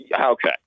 okay